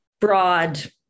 broad